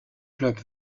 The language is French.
clubs